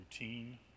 routine